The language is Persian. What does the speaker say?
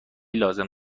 لازم